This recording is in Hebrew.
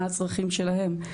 מה הצרכים שלהם.